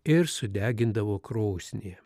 ir sudegindavo krosnyje